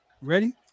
Ready